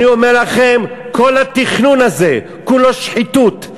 אני אומר לכם: כל התכנון הזה כולו שחיתות,